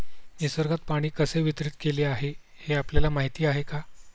निसर्गात पाणी कसे वितरीत केलेले आहे हे आपल्याला माहिती आहे का?